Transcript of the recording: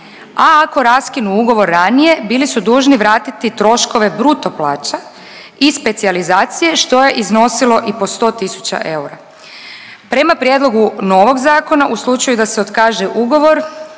a ako raskinu ugovor ranije bili su dužni vratiti troškove bruto plaća i specijalizacije, što je iznosilo i po 100 tisuća eura. Prema prijedlogu novog zakona, u slučaju da se otkaže ugovor